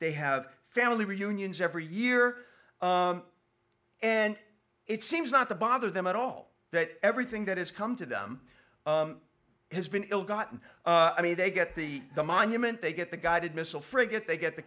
they have family reunions every year and it seems not to bother them at all that everything that has come to them has been ill gotten i mean they get the the monument they get the guided missile frigate they get the